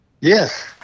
Yes